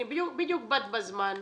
בדיוק באת בזמן,